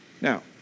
Now